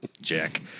Jack